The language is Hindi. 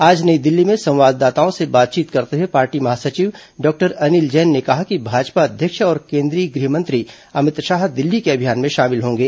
आज नई दिल्ली में संवाददाताओं से बातचीत करते हुए पार्टी महासचिव डॉक्टर अनिल जैन ने कहा कि भाजपा अध्यक्ष और केन्द्रीय गृहमंत्री अमित शाह दिल्ली के अभियान में शामिल होंगे